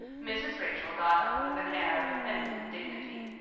mrs. rachel got up with an air of offended dignity.